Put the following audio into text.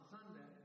Sunday